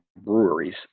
breweries